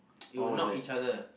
it will knock each other